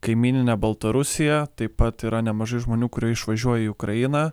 kaimyninę baltarusiją taip pat yra nemažai žmonių kurie išvažiuoja į ukrainą